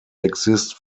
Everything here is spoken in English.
exist